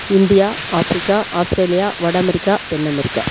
India Africa Australia வட America தென் America